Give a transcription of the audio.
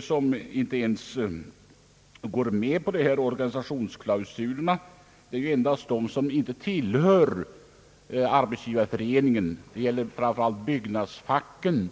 som inte ens går med på organisationsklausulerna. Detta gäller dock endast sådana organisationer som inte tillhör = Arbetsgivareföreningen, främst inom byggnadsfacket.